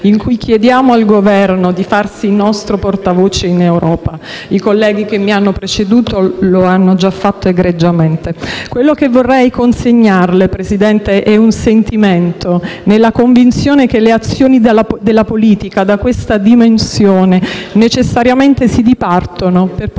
con cui chiediamo al Governo di farsi nostro portavoce in Europa. I colleghi che mi hanno preceduto lo hanno già fatto egregiamente. Quello che vorrei consegnarle, Presidente, è un sentimento, nella convinzione che le azioni della politica da questa dimensione necessariamente si dipartono per poter